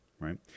right